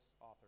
author